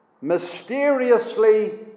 mysteriously